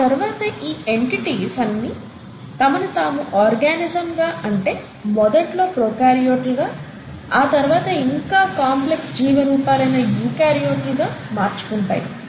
ఆ తర్వాత ఈ ఎన్టిటీస్ అన్ని తమను తాము ఆర్గానిజం గా అంటే మొదట్లో ప్రోకార్యోట్లుగా ఆ తర్వాత ఇంకా కాంప్లెక్స్ జీవ రూపాలైన యూకార్యోట్లు గా మార్చుకుంటాయి